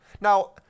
Now